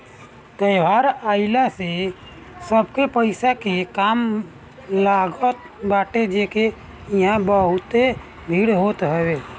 त्यौहार आइला से सबके पईसा के काम लागत बाटे जेसे उहा बहुते भीड़ होत हवे